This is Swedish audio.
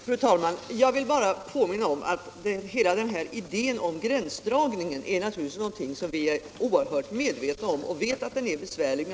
Fru talman! Jag vill bara påminna om att hela denna idé om gränsdragningen naturligtvis är något som vi är oerhört medvetna om, och vi vet också att den är besvärlig.